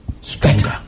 stronger